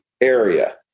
area